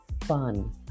fun